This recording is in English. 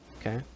Okay